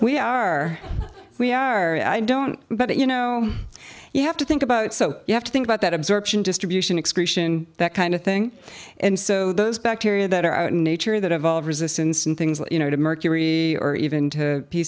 we are we are i don't but you know you have to think about it so you have to think about that absorption distribution excretion that kind of thing and so those bacteria that are out in nature that evolve resistance and things like you know to mercury or even to p